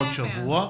בעוד שבוע,